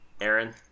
Aaron